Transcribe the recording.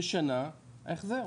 לשנה החזר,